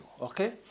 Okay